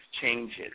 changes